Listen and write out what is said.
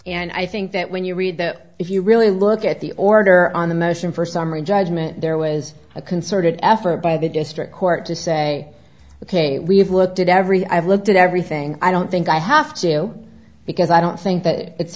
and i think that when you read that if you really look at the order on the motion for summary judgment there was a concerted effort by the district court to say ok we have what did everything i've looked at everything i don't think i have to because i don't think that it's